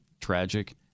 tragic